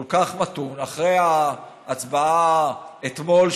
כל כך מתון אחרי ההצבעה אתמול,